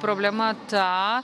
problema ta